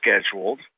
scheduled